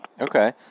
Okay